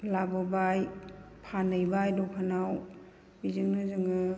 लाबोबाय फानहैबाय दखानाव बिजोंनो जोङो